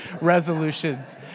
resolutions